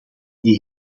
die